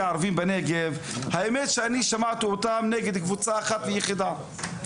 הערבים בנגב שמעתי נגד קבוצה אחת ויחידה.